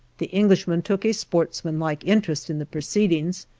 the englishmen took a sportsmanlike interest in the proceedings,